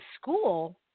school